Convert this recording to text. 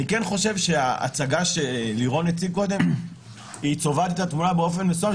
אני כן חושב שההצגה שלירון הציג קודם צובעת את התמונה באופן מסוים,